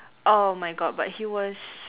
oh my god but he was